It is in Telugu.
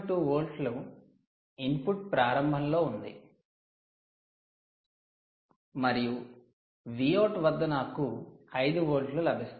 2 వోల్ట్లు ఇన్పుట్ ప్రారంభంలో ఉంది మరియు Vout వద్ద నాకు 5 వోల్ట్లు లభిస్తాయి